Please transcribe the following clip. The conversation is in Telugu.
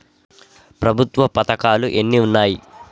ప్రభుత్వ పథకాలు ఎన్ని ఉన్నాయి?